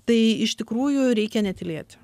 tai iš tikrųjų reikia netylėti